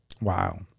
Wow